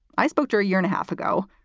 i spoke to a year and a half ago.